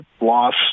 loss